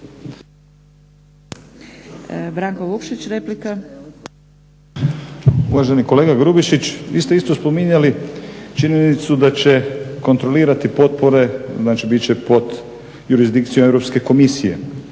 Uvaženi kolega Grubišić vi ste isto spominjali činjenicu da će kontrolirati potpore znači bit će pod jurisdikcijom EU komisije